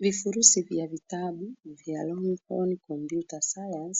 Vifurushi vya vitabu, vya Longhorn computer sciene